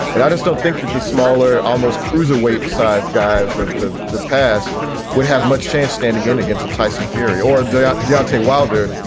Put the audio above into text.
and i just don't think that the smaller, almost cruiserweight sized guys of the the past would have much chance standing in against a tyson theory or deontay wilder,